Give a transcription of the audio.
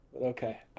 Okay